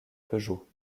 peugeot